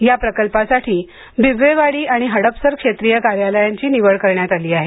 या प्रकल्पासाठी बिबवेवाडी आणि हडपसर क्षेत्रीय कार्यालयांची निवड करण्यात आली आहे